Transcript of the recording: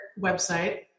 website